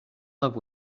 love